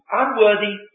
unworthy